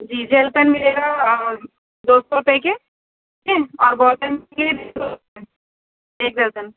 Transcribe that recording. جی gel pen ملے گا دو سو روپے کے ٹھیک ہے اور بال پین ایک درجن